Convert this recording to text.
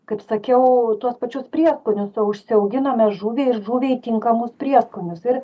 kaip sakiau tuos pačius prieskonius užsiauginome žuvį ir žuviai tinkamus prieskonius ir